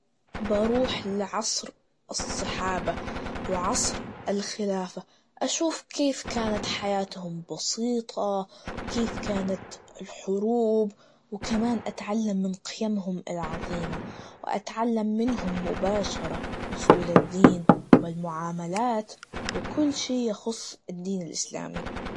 بروح لعصر الصحابة, وعصر الخلافة, أشوف كيف كانت حياتهم بسيطة, كيف كانت الحروب؟! وكمان أتعلم من قيمهم العظية, وأتعلم منهم مباشرة أصول الدين والمعاملات, وكل شي يخص الدين الإسلامي.